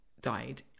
died